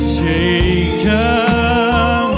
shaken